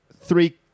three